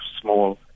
small